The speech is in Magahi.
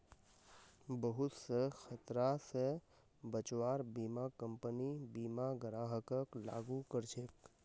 बहुत स खतरा स बचव्वार बीमा कम्पनी बीमा ग्राहकक लागू कर छेक